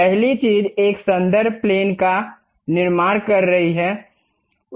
पहली चीज एक संदर्भ प्लेन का निर्माण कर रही है